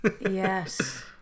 Yes